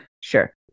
Sure